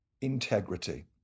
integrity